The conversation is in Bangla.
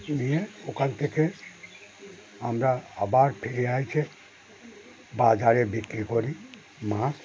দিয়ে ওখান থেকে আমরা আবার ফিরে এসে বাজারে বিক্রি করি মাছ